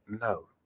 no